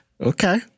okay